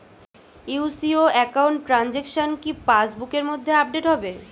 UCO account transaction কি pass বুকের মধ্যে আপডেট হবে?